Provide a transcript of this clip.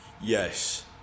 Yes